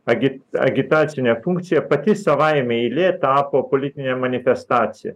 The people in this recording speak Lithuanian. agi agitacinę funkciją pati savaime eilė tapo politine manifestacija